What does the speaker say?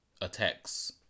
attacks